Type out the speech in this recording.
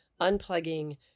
unplugging